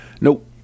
Nope